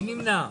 מי נמנע?